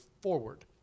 forward